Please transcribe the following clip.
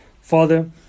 father